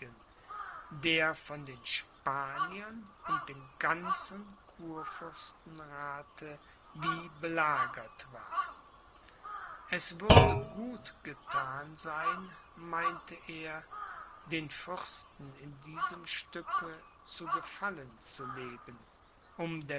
der von den spaniern und dem ganzen kurfürstenrathe wie belagert war es würde gut gethan sein meinte er den fürsten in diesem stücke zu gefallen zu leben